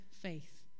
faith